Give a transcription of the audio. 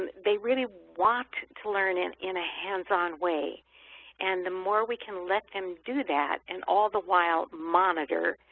they really want to learn in in a hands-on way and the more we can let them do that and all the while monitor,